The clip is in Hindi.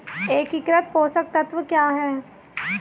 एकीकृत पोषक तत्व क्या है?